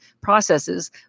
processes